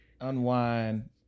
unwind